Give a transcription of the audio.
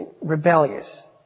rebellious